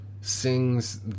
sings